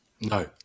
No